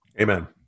Amen